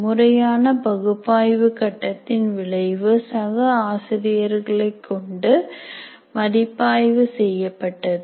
முறையான பகுப்பாய்வு கட்டத்தின் விளைவு சக ஆசிரியர்களை கொண்டு மதிப்பாய்வு செய்யப்பட்டது